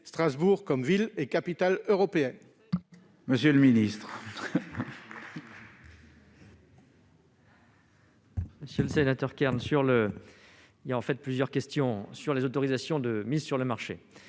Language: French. Strasbourg comme ville et capitale européennes